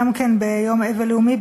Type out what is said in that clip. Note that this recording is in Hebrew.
גם כן ביום אבל לאומי,